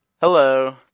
Hello